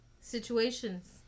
situations